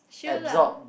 shield lah